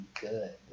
good